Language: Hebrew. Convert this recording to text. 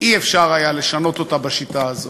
אי-אפשר לשנות אותה בשיטה הזאת.